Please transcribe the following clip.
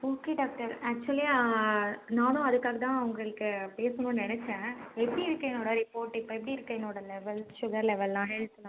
okay doctor actually நானும் அதற்காக தான் உங்களுக்கு பேசணும்னு நினச்சேன் எப்படி இருக்கு என்னோட ரிப்போட் இப்போ எப்டி இருக்கு என்னோட லெவல் சுகர் லெவல்லாம் ஹெல்த்துலாம்